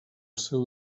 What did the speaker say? seu